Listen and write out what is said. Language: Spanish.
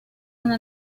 una